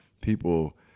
people